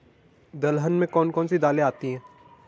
दलहन में कौन कौन सी दालें आती हैं?